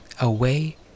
away